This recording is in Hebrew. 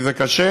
כי זה קשה,